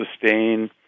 sustain